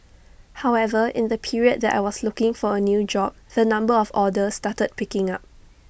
however in the period that I was looking for A new job the number of orders started picking up